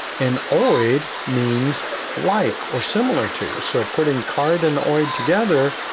and oid means like or similar to, so putting card and oid together.